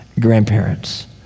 grandparents